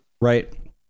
right